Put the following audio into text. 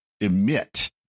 emit